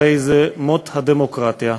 הרי זה מות הדמוקרטיה.